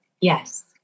Yes